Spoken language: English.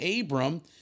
Abram